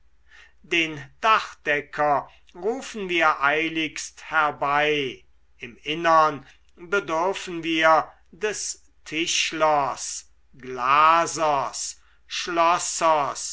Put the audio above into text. den dachdecker rufen wir eiligst herbei im innern bedürfen wir des tischers glasers schlossers